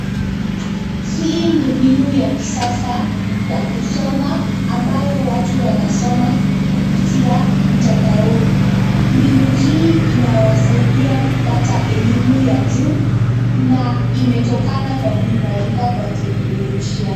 Hii ni mbinu ya kisasa ya kusoma, ambayo watu wanasoma kupitia mtandaoni. Mbinu hii inawasaidia kupata elimu ya juu na imetokana kwa kuimarika kwa teknolojia.